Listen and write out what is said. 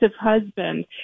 husband